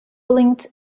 linked